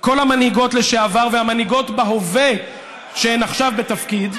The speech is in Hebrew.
כל המנהיגות לשעבר והמנהיגות בהווה שהן עכשיו בתפקיד,